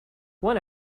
one